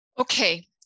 Okay